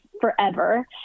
forever